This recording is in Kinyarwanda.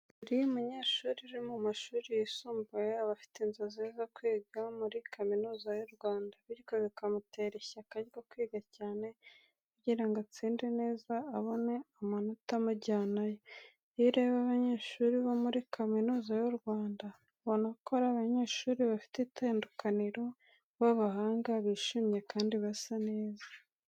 Buri munyeshuri uri mu mashuri yisumbuye aba afite inzozi zo kwiga muri Kaminuza y’u Rwanda, bityo bikamutera ishyaka ryo kwiga cyane kugira ngo atsinde neza abone amanota amujyanayo. Iyo ureba abanyeshuri bo muri Kaminuza y’u Rwanda, ubona ko ari abanyeshuri bafite itandukaniro, b’abahanga, bishimye kandi basa neza.